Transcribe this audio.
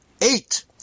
eight